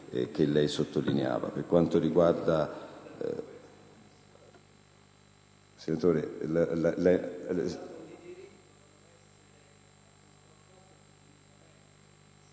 che lei sottolineava.